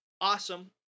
awesome